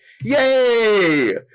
Yay